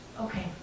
Okay